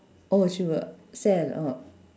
oh she would sell oh